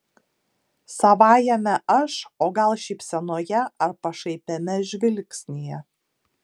savajame aš o gal šypsenoje ar pašaipiame žvilgsnyje